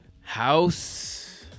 House